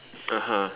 (uh huh)